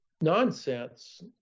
nonsense